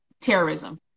terrorism